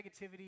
negativity